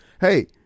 hey